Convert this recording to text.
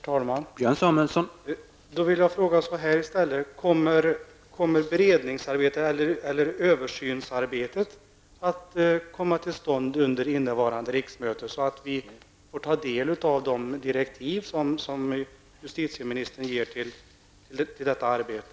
Herr talman! Då vill jag i stället fråga så här: Kommer beredningsarbetet eller översynsarbetet att komma till stånd under innevarande riksmöte, så att vi får ta del av de direktiv som justitieministern utfärdar beträffande detta arbete?